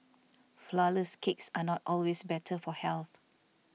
Flourless Cakes are not always better for health